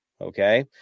Okay